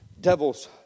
Devils